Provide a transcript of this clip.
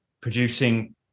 producing